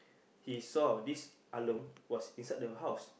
he saw this Along was inside the house